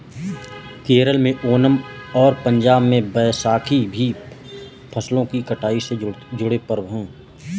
केरल में ओनम और पंजाब में बैसाखी भी फसलों की कटाई से जुड़े पर्व हैं